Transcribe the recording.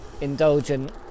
indulgent